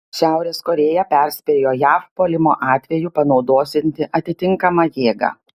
šiaurės korėja perspėjo jav puolimo atveju panaudosianti atitinkamą jėgą